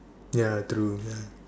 ya true ya